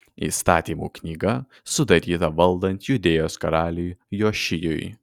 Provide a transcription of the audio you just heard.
įstatymų knyga sudaryta valdant judėjos karaliui jošijui